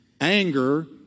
Anger